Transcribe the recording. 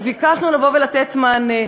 וביקשנו לבוא ולתת מענה.